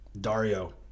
Dario